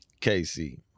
Casey